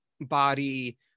body